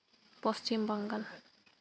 Paschim Bengal